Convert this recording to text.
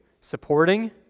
supporting